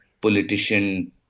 politician